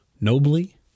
nobly